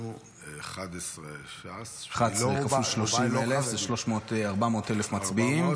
אנחנו 11 בש"ס --- 11 כפול 30,000 זה 400,000 מצביעים,